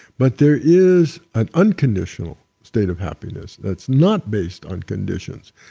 but there is an unconditional state of happiness that's not based on conditions,